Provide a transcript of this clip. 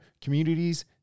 communities